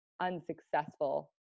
unsuccessful